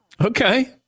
Okay